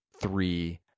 three